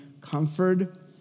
comfort